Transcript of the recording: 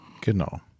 Genau